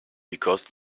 because